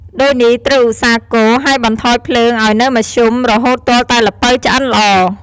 ដូចនេះ ត្រូវឧស្សាហ៍កូរ ហើយបន្ថយភ្លើងឱ្យនៅមធ្យម រហូតទាល់តែល្ពៅឆ្អិនល្អ។